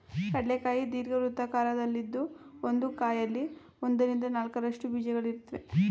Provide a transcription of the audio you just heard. ಕಡ್ಲೆ ಕಾಯಿ ದೀರ್ಘವೃತ್ತಾಕಾರದಲ್ಲಿದ್ದು ಒಂದು ಕಾಯಲ್ಲಿ ಒಂದರಿಂದ ನಾಲ್ಕರಷ್ಟು ಬೀಜಗಳಿರುತ್ವೆ